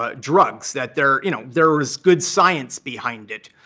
ah drugs, that there you know there is good science behind it.